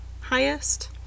highest